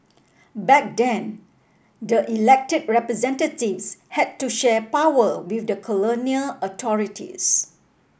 back then the elected representatives had to share power with the colonial authorities